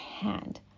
hand